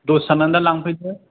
दसे थानानै दा लांफैदो